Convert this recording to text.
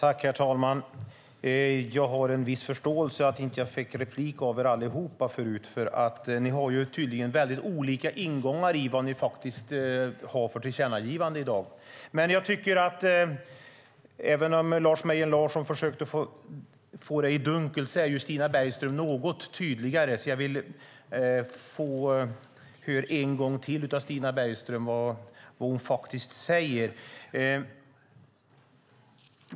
Herr talman! Jag har en viss förståelse för att ni inte begärde replik på mitt anförande allihop förut, för ni har tydligen väldigt olika ingångar i vad ni faktiskt har för tillkännagivande i dag. Lars Mejern Larsson försökte få det i dunkel. Stina Bergström är något tydligare. Jag vill få höra en gång till av Stina Bergström vad hon faktiskt säger.